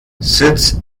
sitz